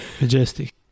Majestic